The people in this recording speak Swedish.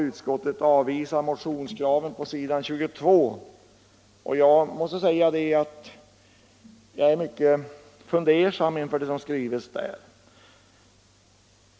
Utskottet avvisar motionskraven på s. 22 i betänkandet, och jag måste säga att jag är mycket fundersam inför det som skrivs där.